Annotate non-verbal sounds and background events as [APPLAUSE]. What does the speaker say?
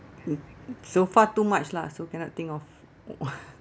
mm so far too much lah so cannot think of [BREATH]